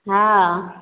हँ